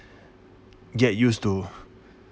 get used to